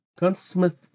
Gunsmith